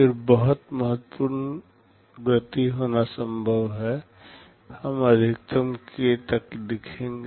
फिर बहुत महत्वपूर्ण गति होना संभव है हम अधिकतम k तक देखेंगे